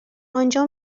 آنجا